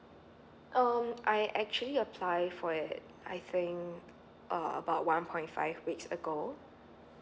um I actually apply for it I think uh about one point five weeks ago